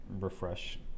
refresh